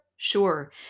Sure